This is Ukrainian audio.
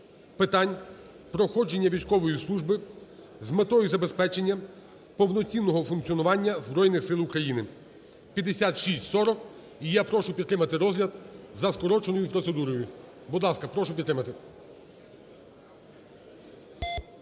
питань проходження військової служби з метою забезпечення повноцінного функціонування Збройних Сил України (5640). І я прошу підтримати розгляд за скороченою процедурою. Будь ласка, прошу підтримати.